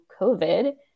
COVID